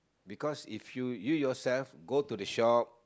because if you you yourself go to the shop